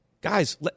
Guys